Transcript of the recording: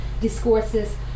discourses